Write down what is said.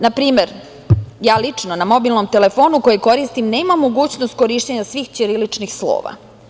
Na primer, ja lično, na mobilnom telefonu koji koristim nemam mogućnost korišćenja svih ćiriličnih slova.